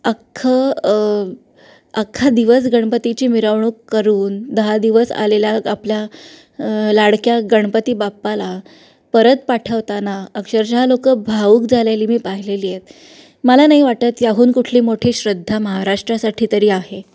अख्खं अख्खा दिवस गणपतीची मिरावणूक करून दहा दिवस आलेल्या आपल्या लाडक्या गणपती बाप्पाला परत पाठवताना अक्षरशः लोकं भावुक झालेली मी पाहिलेली आहेत मला नाही वाटत की याहून कुठली मोठी श्रद्धा महाराष्ट्रासाठी तरी आहे